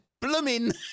Blooming